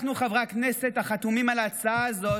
אנחנו, חברי הכנסת החתומים על ההצעה הזאת,